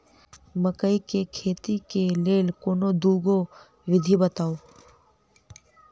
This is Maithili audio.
मकई केँ खेती केँ लेल कोनो दुगो विधि बताऊ?